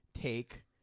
take